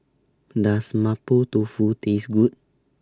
Does Mapo Tofu Taste Good